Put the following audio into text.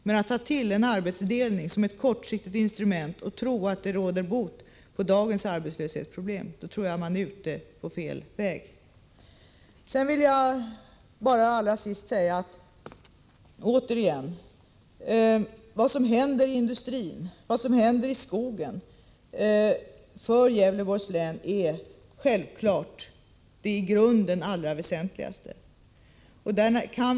Men om man tar till en arbetsdelning som ett kortsiktigt instrument för att råda bot på dagens arbetslöshetsproblem, tror jag att man är ute på fel väg. Jag vill allra sist bara återigen säga att det i grunden väsentligaste är vad som händer inom industrin och inom skogens område i Gävleborgs län.